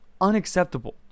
Unacceptable